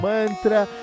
Mantra